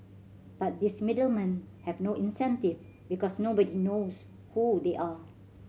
but these middle men have no incentive because nobody knows who they are